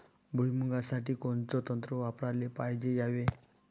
भुइमुगा साठी कोनचं तंत्र वापराले पायजे यावे?